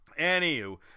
anywho